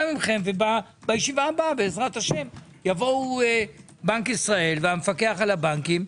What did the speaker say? גם מכם ובישיבה הבאה בעז"ה יבואו בנק ישראל והמפקח על הבנקים,